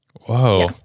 Whoa